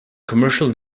commercial